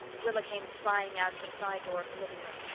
rilla came flying out of the side door of the living-room.